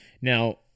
Now